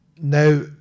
Now